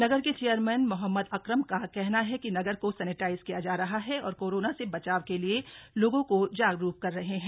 नगर के चेयरमैन मो अकरम का कहना है कि नगर को सेनेटाइज किया जा रहा है और कोरोना से बचाव के लिए लोगों को जागरूक कर रहे हैं